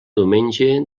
diumenge